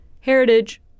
Heritage